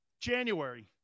January